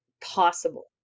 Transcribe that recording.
possible